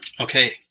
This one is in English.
Okay